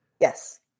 Yes